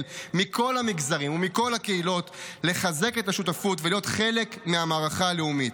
מכל המגזרים ומכל הקהילות לחזק את השותפות ולהיות חלק מהמערכה הלאומית.